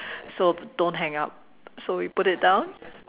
so don't hang up so we put it down